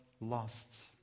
lost